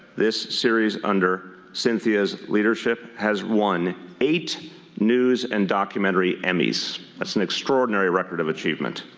this series under cynthia's leadership has won eight news and documentary emmys. that's an extraordinary record of achievement.